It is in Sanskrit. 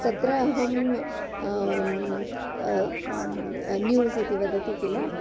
तत्र अहं न्यूस् इति वदति किल